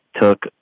took